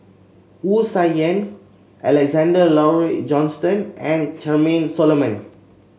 Wu Tsai Yen Alexander Laurie Johnston and Charmaine Solomon